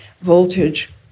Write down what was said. voltage